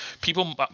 people